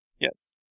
Yes